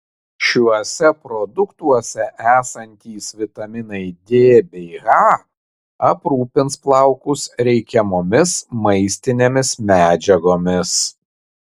šiuose produktuose esantys vitaminai d bei h aprūpins plaukus reikiamomis maistinėmis medžiagomis